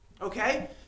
okay